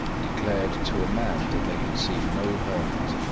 declared, to a man, that they had seen no hermit.